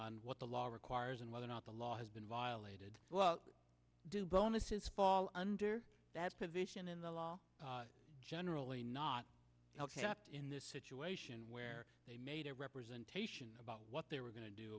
on what the law requires and whether or not the law has been violated do bonuses fall under that provision in the law generally not ok in this situation where they made a representation about what they were going to do